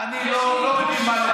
יש לי שאלה,